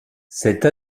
cette